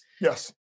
Yes